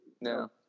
no